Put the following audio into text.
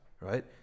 right